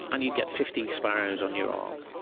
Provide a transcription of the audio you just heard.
and you'd get fifty sparrows on your arm.